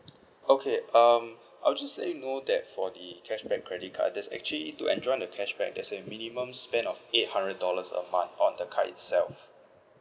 okay um I'll just let you know that for the cashback credit card there's actually to enjoy the cashback there's a minimum spend of eight hundred dollars a month on the card itself